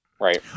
Right